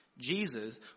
Jesus